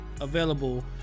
available